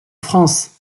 france